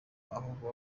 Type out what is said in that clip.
ahubwo